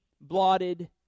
blotted